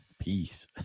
Peace